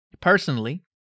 Personally